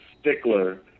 stickler